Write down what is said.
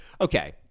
Okay